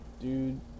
dude